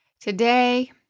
Today